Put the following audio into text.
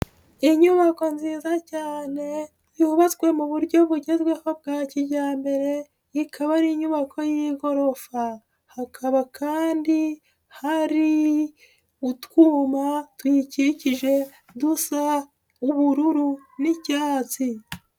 Inyubako nziza cyane, yubatswe mu buryo bugezweho bwa kijyambere, ikaba ari inyubako y'igorofa. Hakaba kandi hari utwuma tuyikikije dusa ubururu n'icyatsi.